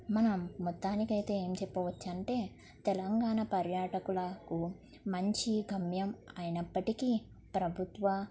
మనం మొత్తానికైతే ఏం చెప్పవచ్చుంటే తెలంగాణ పర్యాటకులకు మంచి గమ్యం అయినప్పటికీ ప్రభుత్వ